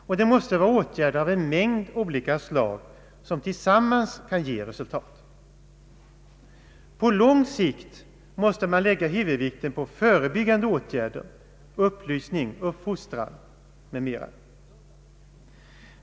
Och det måste vara åtgärder av en mängd olika slag, som tillsammans kan ge resultat. På lång sikt måste huvudvikten läggas på förebyggande åtgärder, upplysning, uppfostran m.m.